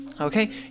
Okay